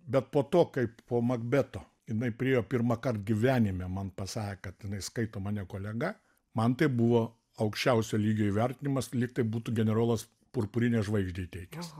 bet po to kai po makbeto jinai priėjo pirmąkart gyvenime man pasakė kad jinai skaito mane kolega man tai buvo aukščiausio lygio įvertinimas lyg tai būtų generolas purpurinę žvaigždę įteikęs